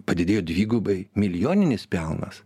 padidėjo dvigubai milijoninis pelnas